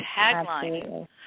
tagline